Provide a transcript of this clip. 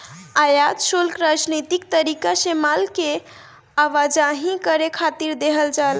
आयात शुल्क राजनीतिक तरीका से माल के आवाजाही करे खातिर देहल जाला